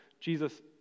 Jesus